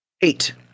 Eight